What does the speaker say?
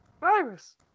Virus